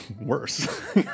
worse